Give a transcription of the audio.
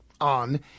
on